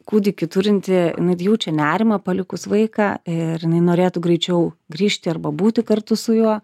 kūdikį turinti jaučia nerimą palikus vaiką ir jinai norėtų greičiau grįžti arba būti kartu su juo